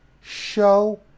Show